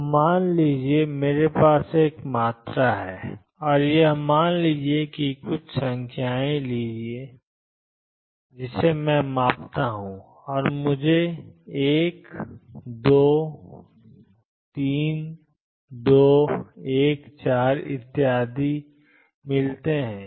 तो मान लीजिए मेरे पास एक मात्रा है या मान लीजिए कि कुछ संख्याएँ लीजिए मान लीजिए कि मैं मापता हूँ और मुझे 1 2 2 3 1 4 इत्यादि मिलते हैं